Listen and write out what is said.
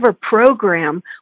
program